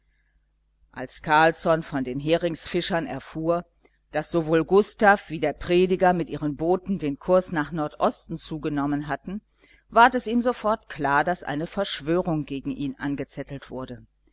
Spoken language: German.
als carlsson von den heringsfischern erfuhr daß sowohl gustav wie der prediger mit ihren booten den kurs nach nordosten zu genommen hatten ward es ihm sofort klar daß eine verschwörung gegen ihn angezettelt wurde